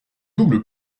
double